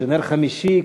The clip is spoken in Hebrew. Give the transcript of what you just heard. שנר חמישי,